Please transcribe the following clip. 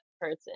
person